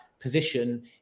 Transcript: position